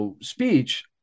speech